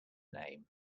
name